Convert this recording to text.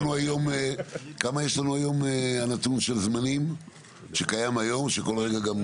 מה הנתון של זמנים שקיים היום ושעולה כל רגע?